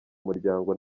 umuryango